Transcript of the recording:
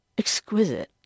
exquisite